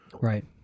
Right